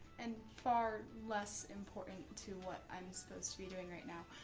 and far less important to what i'm supposed to be doing right now.